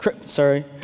sorry